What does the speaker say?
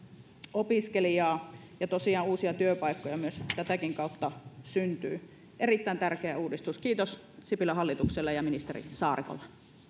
opiskelijaa ja tosiaan uusia työpaikkoja tätäkin kautta syntyy erittäin tärkeä uudistus kiitos sipilän hallitukselle ja ministeri saarikolle